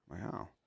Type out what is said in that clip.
wow